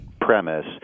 premise